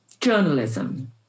journalism